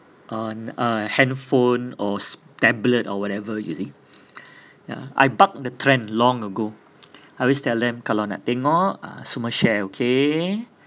on uh handphone or s~ tablet or whatever you see ya I bucked the trend long ago I always tell them kalau nak tengok semua share okay